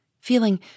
feeling